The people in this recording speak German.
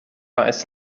weiß